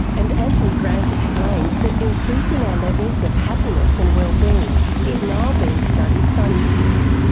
and anthony grant explains that increasing our levels of happiness and wellbeing is now being studied scientifically.